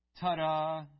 Ta-da